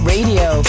Radio